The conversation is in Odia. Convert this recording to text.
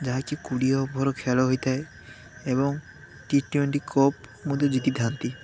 ଯାହାକି କୋଡ଼ିଏ ଓଭର ଖେଳ ହୋଇଥାଏ ଏବଂ ଟି ଟ୍ୱେଣ୍ଟି କପ ମଧ୍ୟ ଜିତିଥାନ୍ତି